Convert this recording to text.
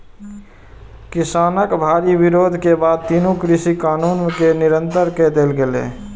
किसानक भारी विरोध के बाद तीनू कृषि कानून कें निरस्त कए देल गेलै